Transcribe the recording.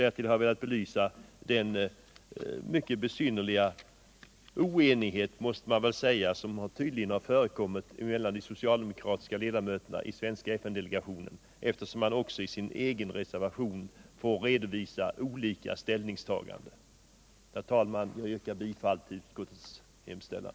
Därtill har jag velat belysa den mycket besynnerliga oenighet. måste man väl säga. som tydligen har förekommit mellan de socialdemokratiska ledamöterna i den svenska FN-delegationen, eftersom socialdemokraterna i sin egen reservation har redovisat olika ställningstaganden. Herr talman! Jag yrkar bifall till utskottets hemställan.